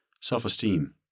self-esteem